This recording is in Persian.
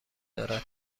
دارد